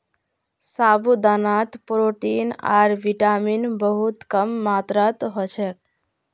साबूदानात प्रोटीन आर विटामिन बहुत कम मात्रात ह छेक